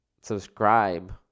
subscribe